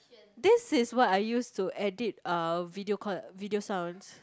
this is what I use to edit uh video call video sounds